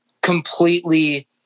completely